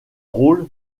rôle